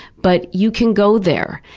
but you can go there,